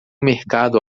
mercado